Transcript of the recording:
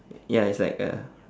ya it's like a